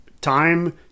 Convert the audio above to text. time